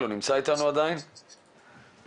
למנכ"ל, הוא נמצא איתנו עדיין, אביגדור?